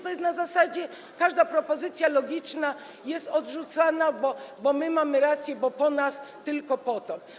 To jest na zasadzie: każda propozycja logiczna jest odrzucana, bo my mamy rację, bo po nas tylko potop.